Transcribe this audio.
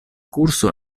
kurso